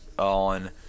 On